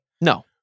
No